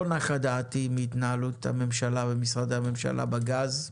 לא נחה דעתי עם התנהלות הממשלה ומשרד הממשלה בגז.